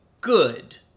good